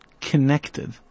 connected